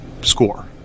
score